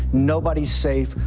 nobody's safe.